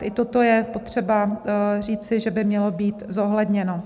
I toto je potřeba říci, že by mělo být zohledněno.